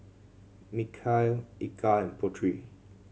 Mikhail Eka and Putri